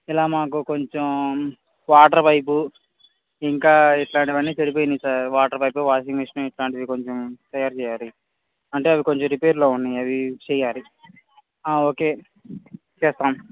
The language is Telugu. ఇలా మాకు కొంచెం వాటర్ పైప్ ఇంకా ఇట్లాంటివన్నీ చెడిపోయినై sir water pipe washing machine ఇట్లాంటివి కొంచెం తయారు చేయాలి అంటే అవి కొంచెం రిపేర్లో ఉన్నాయి అవి చేయాలి ఓకే చేస్తాము